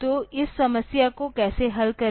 तो इस समस्या को कैसे हल करें